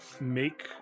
make